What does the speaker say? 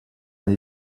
and